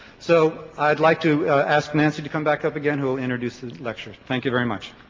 so i'd like to ask nancy to come back up again who will introduce the lecturers. thank you very much.